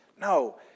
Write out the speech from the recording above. No